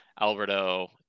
Alberto